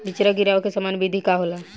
बिचड़ा गिरावे के सामान्य विधि का होला?